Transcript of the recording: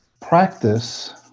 practice